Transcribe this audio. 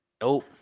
Nope